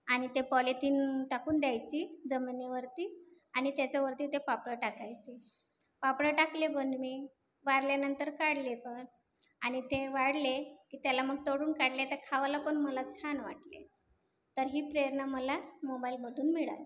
आणि ते पॉलिथिन टाकून द्यायची जमिनीवरती आणि त्याच्यावरती ते पापड टाकायचे पापडं टाकले पण मी वाळल्यानंतर काढले पण आणि ते वाळले की त्याला मग तळून काढले तर खायला पण मला छान वाटले तर ही प्रेरणा मला मोबाईलमधून मिळाली